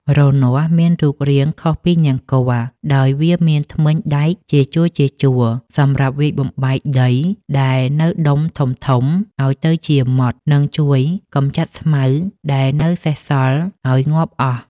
រនាស់មានរូបរាងខុសពីនង្គ័ល ដោយវាមានធ្មេញដែកជាជួរៗសម្រាប់វាយបំបែកដីដែលនៅដុំធំៗឱ្យទៅជាម៉ដ្ត និងជួយកម្ចាត់ស្មៅដែលនៅសេសសល់ឱ្យងាប់អស់។